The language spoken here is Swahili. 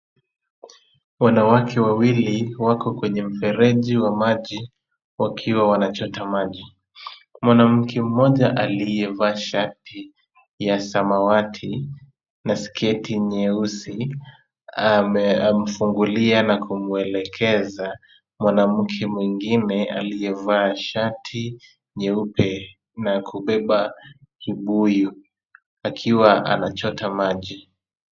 Wanawake wawili wako kwenye mfereji wa maji wakiwa wanachota maji, mwanamke mmoja aliyevaa shati ya samawati na sketi nyeusi amefungulia na kumwelekeza mwanamke mwingine aliyevaa shati nyeupe na kubeba kibuyu, akiwa anachota maji.